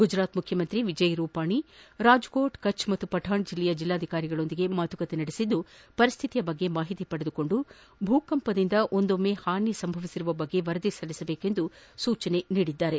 ಗುಜರಾತ್ ಮುಖ್ಯಮಂತ್ರಿ ವಿಜಯ್ ರೂಪಾನಿ ಅವರು ರಾಜಕೋಟ್ ಕೆಛ್ ಹಾಗೂ ಪಠಾಣ್ ಜಿಲ್ಲೆಯ ಜಿಲ್ಲಾಧಿಕಾರಿಗಳ ಜೊತೆ ಮಾತುಕತೆ ನಡೆಸಿ ಪರಿಸ್ಡಿತಿಯ ಬಗ್ಗೆ ಮಾಹಿತಿ ಪಡೆದುಕೊಂಡು ಭೂಕಂಪನದಿಂದ ಒಂದೊಮ್ಮೆ ಹಾನಿ ಸಂಭವಿಸಿರುವ ಬಗ್ಗೆ ವರದಿ ಸಲ್ಲಿಸುವಂತೆ ಸೂಚನೆ ನೀಡಿದ್ದಾರೆ